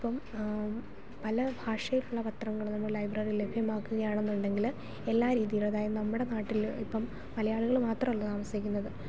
അപ്പം പല ഭാഷയിലുള്ള പത്രങ്ങൾ നമ്മൾ ലൈബ്രറിയിൽ ലഭ്യമാക്കുക ആണെന്ന് ഉണ്ടെങ്കിൽ എല്ലാ രീതിയിൽ അതായത് നമ്മുടെ നാട്ടിൽ ഇപ്പം മലയാളികൾ മാത്രമല്ല താമസിക്കുന്നത്